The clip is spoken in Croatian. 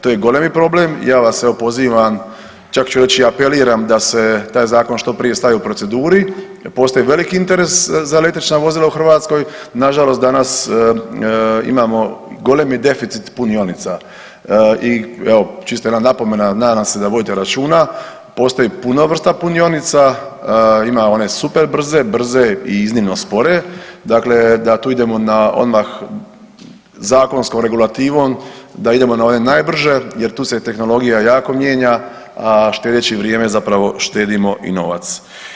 To je golemi problem, ja vas evo, pozivam, čak ću reći, apeliram da se taj zakon što prije stavi u proceduri, postoji veliki interes za električna vozila u Hrvatskoj, nažalost danas imamo golemi deficit punionica i evo, čisto jedna napomena, nadam se da vodite računa, postoji puno vrsta punionica, ima one superbrze, brze i iznimno spore, dakle da tu idemo odmah zakonskom regulativom da idemo na one najbrže jer tu se tehnologija jako mijenja, a štedeći vrijeme zapravo štedimo i novac.